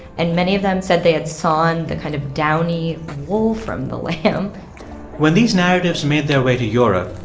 and many of them said they had sawn the kind of downy wool from the lamb when these narratives made their way to europe,